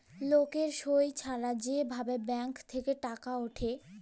লকের সই ছাড়া যে ভাবে ব্যাঙ্ক থেক্যে টাকা উঠে